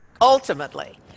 ultimately